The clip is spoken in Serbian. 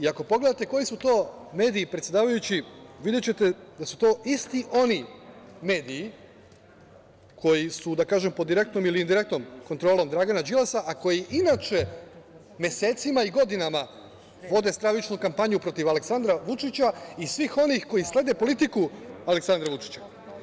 Ako pogledate koji su to mediji, predsedavajući, videćete da su to isti oni mediji koji su, da kažem, pod direktnom ili indirektnom kontrolom Dragana Đilasa, a koji inače mesecima i godinama vode stravičnu kampanju protiv Aleksandra Vučića i svih onih koji slede politiku Aleksandra Vučića.